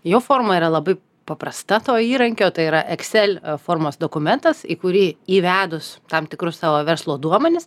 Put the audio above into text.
jo forma yra labai paprasta to įrankio tai yra excel formos dokumentas į kurį įvedus tam tikrus savo verslo duomenis